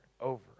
over